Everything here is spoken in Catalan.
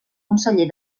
conseller